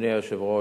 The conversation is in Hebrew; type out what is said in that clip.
אדוני היושב-ראש,